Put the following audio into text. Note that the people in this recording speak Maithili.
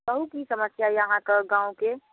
कहू की समस्या यए अहाँके गामके